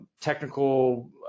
technical